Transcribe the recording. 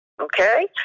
Okay